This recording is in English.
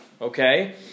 Okay